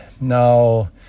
now